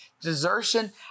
desertion